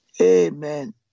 Amen